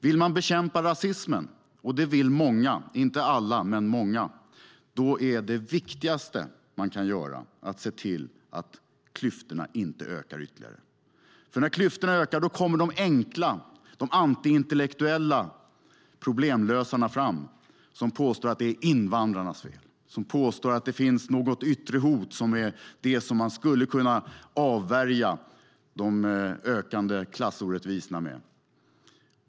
Vill man bekämpa rasismen - det vill många, fast inte alla - är det viktigaste man kan göra att se till att klyftorna inte ökar ytterligare, för när klyftorna ökar, då kommer de enkla, antiintellektuella problemlösarna fram som påstår att det är invandrarnas fel, som påstår att det är något yttre hot som ligger bakom de ökande klassorättvisorna.